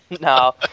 No